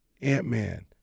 Ant-Man